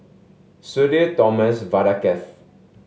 Sudhir Thomas Vadaketh